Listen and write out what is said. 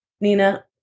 Nina